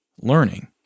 learning